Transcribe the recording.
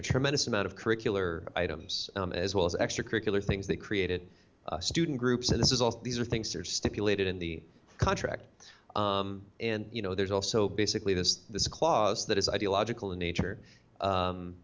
know tremendous amount of curricular items as well as extracurricular things that created a student group so this is also these are things are stipulated in the contract and you know there's also basically this this clause that is ideological in nature